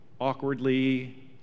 awkwardly